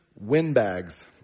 windbags